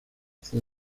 fue